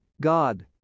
God